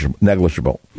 negligible